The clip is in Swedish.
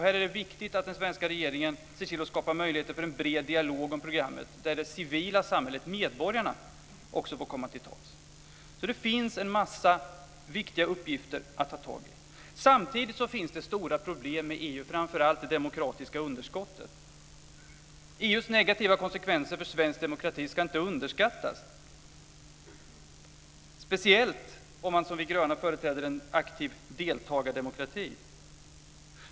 Här är det viktigt att den svenska regeringen ser till att skapa möjligheter till en bred dialog om programmet, där det civila samhället, medborgarna, också får komma till tals. Det finns en massa viktiga uppgifter att ta tag i. Samtidigt finns det stora problem i EU, framför allt det demokratiska underskottet. EU:s negativa konsekvenser för svensk demokrati ska inte underskattas, speciellt om man, som vi gröna, företräder en aktiv deltagardemokrati.